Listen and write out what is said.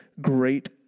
great